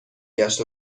گشت